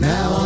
Now